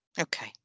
Okay